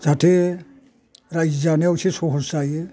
जाहाथे रायजो जानायाव एसे सहज जायो